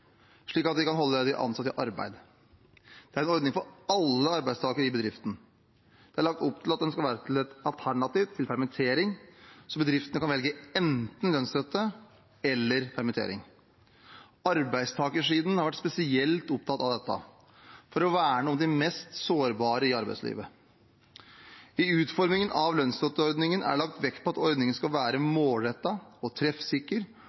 slik at de kan holde de ansatte i arbeid. Det er en ordning for alle arbeidstakere i bedriften. Det er lagt opp til at den skal være et alternativ til permittering, så bedriftene kan velge enten lønnsstøtte eller permittering. Arbeidstakersiden har vært spesielt opptatt av dette, for å verne om de mest sårbare i arbeidslivet. I utformingen av lønnsstøtteordningen er det lagt vekt på at ordningen skal være målrettet og treffsikker